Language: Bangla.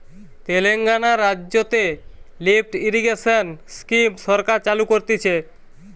তেলেঙ্গানা রাজ্যতে লিফ্ট ইরিগেশন স্কিম সরকার চালু করতিছে